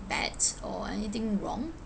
bad or anything wrong